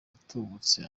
atubutse